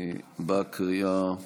בקריאה הראשונה.